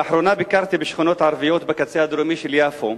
לאחרונה ביקרתי בשכונות הערביות בקצה הדרומי של יפו.